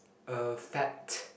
uh fat